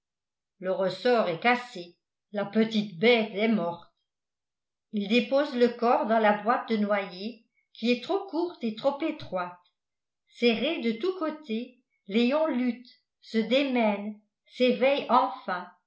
le ressort est cassé la petite bête est morte il dépose le corps dans la boîte de noyer qui est trop courte et trop étroite serré de tous côtés léon lutte se démène s'éveille enfin